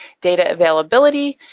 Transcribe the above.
data availability,